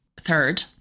third